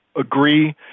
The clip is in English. agree